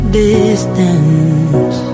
distance